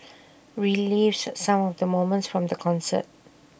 relives some of the moments from the concert